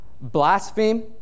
blaspheme